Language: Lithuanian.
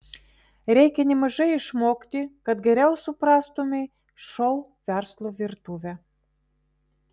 reikia nemažai išmokti kad geriau suprastumei šou verslo virtuvę